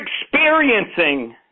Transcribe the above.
experiencing